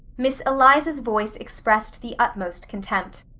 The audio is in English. miss eliza's voice expressed the utmost contempt.